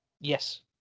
yes